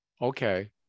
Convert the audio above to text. Okay